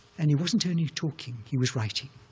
and he wasn't only talking he was writing.